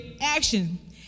action